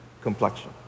complexion